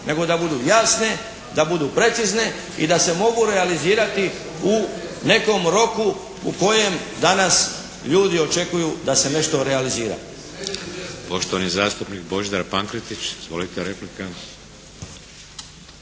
nego da budu jasne, da budu precizne i da se mogu realizirati u nekom roku u kojem danas ljudi očekuju da se nešto realizira.